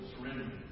surrender